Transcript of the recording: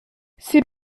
c’est